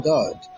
God